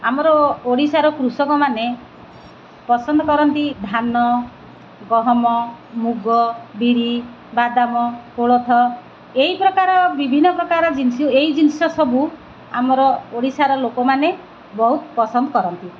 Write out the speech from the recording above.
ଆମର ଓଡ଼ିଶାର କୃଷକମାନେ ପସନ୍ଦ କରନ୍ତି ଧାନ ଗହମ ମୁଗ ବିରି ବାଦାମ କୋଳଥ ଏଇ ପ୍ରକାର ବିଭିନ୍ନ ପ୍ରକାର ଏଇ ଜିନିଷ ସବୁ ଆମର ଓଡ଼ିଶାର ଲୋକମାନେ ବହୁତ ପସନ୍ଦ କରନ୍ତି